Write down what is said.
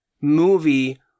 movie